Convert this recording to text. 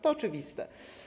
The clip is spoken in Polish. To oczywiste.